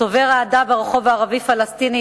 צובר אהדה ברחוב הערבי-הפלסטיני-האסלאמי,